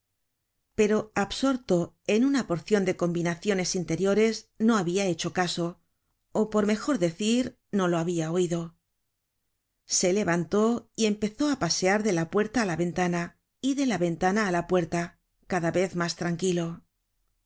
pero absorto en una porcion de combinaciones interiores no habia hecho caso ó por mejor decir no lo habia oido se levantó y empezó á pasear de la puerta á la ventana y de la ventana á la puerta cada vez mas tranquilo